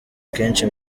akenshi